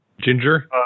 Ginger